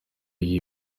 iyi